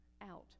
out